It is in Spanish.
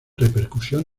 repercusión